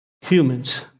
humans